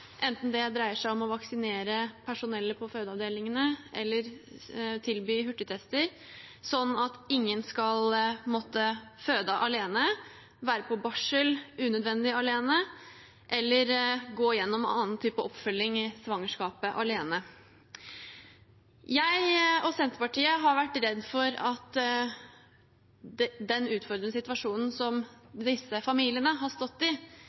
enten det dreier seg om å vaksinere personalet på fødeavdelingen eller tilby hurtigtester, slik at ingen skal måtte føde alene, være på barsel unødvendig alene eller gå igjennom annen type oppfølging i svangerskapet alene. Jeg og Senterpartiet har vært redde for at den utfordrende situasjonen som disse familiene har stått i,